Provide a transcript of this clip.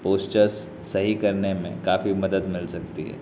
postures صحیح کرنے میں کافی مدد مل سکتی ہے